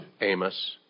Amos